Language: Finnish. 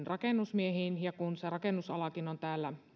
rakennusmiehiin ja kun se rakennusalakin on täällä